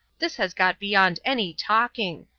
this has got beyond any talking.